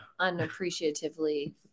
unappreciatively